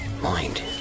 Mind